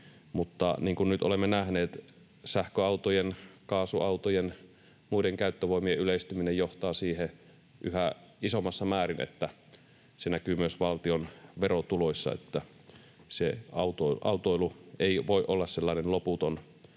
mutta niin kuin nyt olemme nähneet, sähköautojen, kaasuautojen ja muiden käyttövoimien yleistyminen johtaa yhä isommissa määrin siihen, että se näkyy myös valtion verotuloissa, niin että se autoilu ei voi olla sellainen loputon